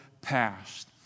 past